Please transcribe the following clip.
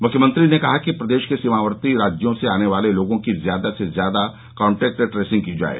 मुख्यमंत्री ने कहा कि प्रदेश के सीमार्ती राज्यों से आने वाले लोगों की ज्यादा से ज्यादा कांटेक्ट ट्रेसिंग की जाये